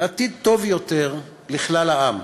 טוב יותר לכלל העם,